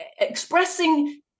Expressing